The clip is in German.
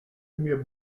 mir